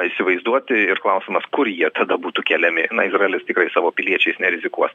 įsivaizduoti ir klausimas kur jie tada būtų keliami na izraelis tikrai savo piliečiais nerizikuos